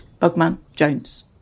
Bugman-Jones